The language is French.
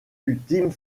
ultime